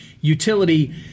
utility